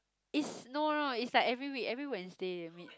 is no no no it's like every week every Wednesday they'll meet